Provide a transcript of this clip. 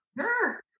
sure